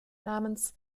namens